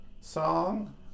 song